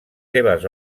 seves